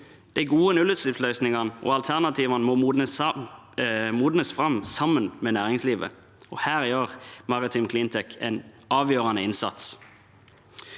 De gode nullutslippsløsningene og alternativene må modnes fram sammen med næringslivet, og her gjør Maritime Cleantech en avgjørende innsats.